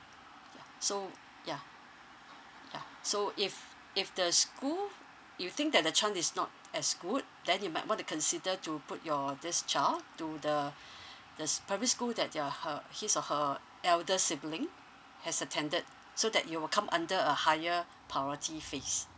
yeah so yeah yeah so if if the school you think that the chance is not as good then you might want to consider to put your this child to the the s~ primary school that y~ uh her his or her elder sibling has attended so that you will come under a higher priority phase